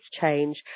change